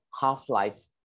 half-life